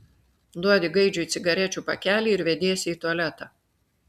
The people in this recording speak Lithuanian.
duodi gaidžiui cigarečių pakelį ir vediesi į tualetą